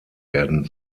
werden